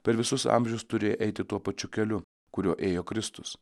per visus amžius turi eiti tuo pačiu keliu kuriuo ėjo kristus